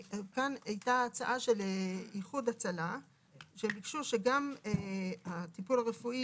כאן הייתה הצעה של איחוד הצלה שביקשו שגם הטיפול הרפואי